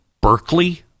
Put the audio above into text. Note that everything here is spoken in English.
Berkeley